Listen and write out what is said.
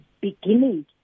beginning